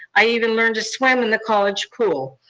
i even learned to swim in the college pool.